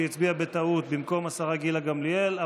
הצביע בטעות במקום השרה גילה גמליאל.